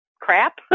crap